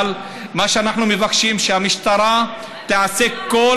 אבל מה שאנחנו מבקשים זה שהמשטרה תעשה כל